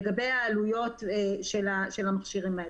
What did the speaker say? לגבי העלויות של המכשירים האלה.